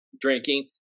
drinking